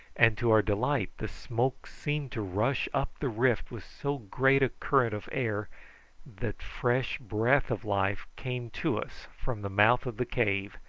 and to our delight the smoke seemed to rush up the rift with so great a current of air that fresh breath of life came to us from the mouth of the cave,